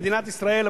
במדינת ישראל,